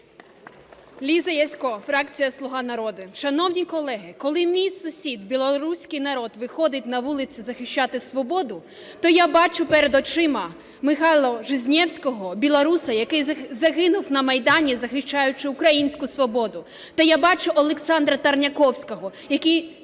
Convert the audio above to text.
Ліза Ясько, фракція "Слуга народу". Шановні колеги, коли мій сусід – білоруський народ виходить на вулиці захищати свободу, то я бачу перед очима Михайла Жизневського, білоруса, який загинув на Майдані, захищаючи українського свободу, та я бачу Олександра Тарайковського, який